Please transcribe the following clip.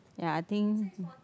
ya I think